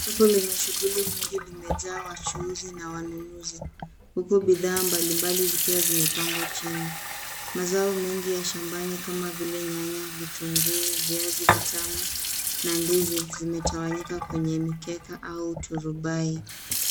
Soko lenye shughuli nyingi limejaa wachuuzi na wanunuzi huku bidhaa mbalimbali zikiwa zimepangwa chini. Mazao mengi ya shambani kama vile nyanya, vitunguu, viazi vitamu na ndizi zimetawanyika kwenye mikeka au turubai.